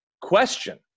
Question